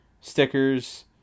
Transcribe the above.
stickers